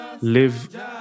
Live